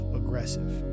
aggressive